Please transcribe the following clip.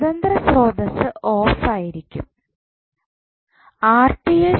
സ്വതന്ത്ര സ്രോതസ്സ് ഓഫ് ആയിരിക്കുമ്പോൾ